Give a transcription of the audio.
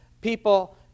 people